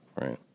Right